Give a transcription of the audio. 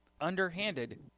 underhanded